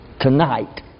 Tonight